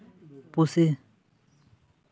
ᱯᱩᱥᱤ